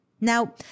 Now